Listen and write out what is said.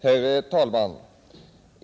Herr talman!